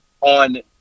on